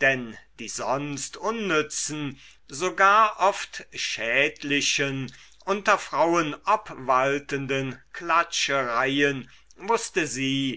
denn die sonst unnützen sogar oft schädlichen unter frauen obwaltenden klatschereien wußte sie